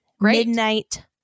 Midnight